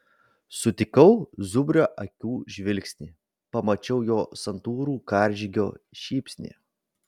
sutikau zubrio akių žvilgsnį pamačiau jo santūrų karžygio šypsnį